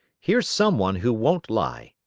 here's some one who won't lie,